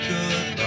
good